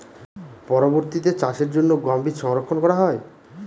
পরবর্তিতে চাষের জন্য গম বীজ সংরক্ষন করা হয়?